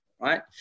right